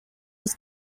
was